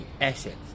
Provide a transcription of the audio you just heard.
assets